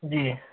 जी